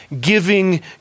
giving